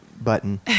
button